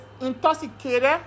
intoxicated